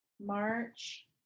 March